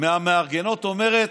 מהמארגנות אומרת: